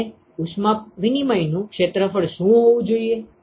અને ઉષ્મા વિનીમયનું ક્ષેત્રફળ શું હોવું જોઈએ